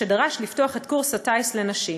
שדרש לפתוח את קורס הטיס לנשים,